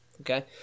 okay